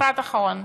משפט אחרון.